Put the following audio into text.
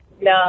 No